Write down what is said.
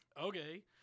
Okay